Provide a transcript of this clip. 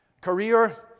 career